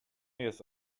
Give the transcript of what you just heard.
jest